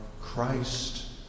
Christ